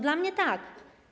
Dla mnie tak.